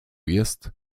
jest